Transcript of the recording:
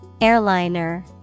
Airliner